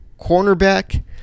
cornerback